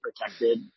protected